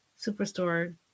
Superstore